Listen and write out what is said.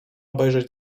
obejrzeć